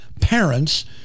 parents